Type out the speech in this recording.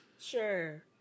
Sure